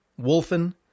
Wolfen